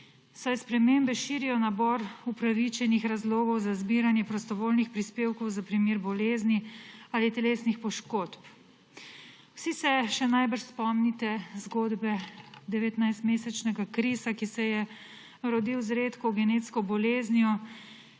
saj spremembe širijo nabor upravičenih razlogov za zbiranje prostovoljnih prispevkov za primer bolezni ali telesnih poškodb. Vsi se še najbrž spomnite zgodbe 19-mesečnega Krisa, ki se je rodil z redko genetsko boleznijo